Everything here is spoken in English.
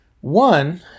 One